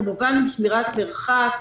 כמובן עם שמירת מרחק.